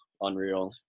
unreal